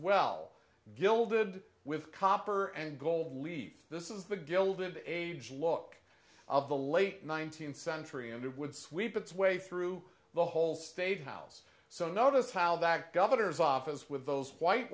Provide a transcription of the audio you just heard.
well gilded with copper and gold leaf this is the gilded age look of the late nineteenth century and it would sweep its way through the whole state house so notice how that governor's office with those white